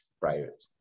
private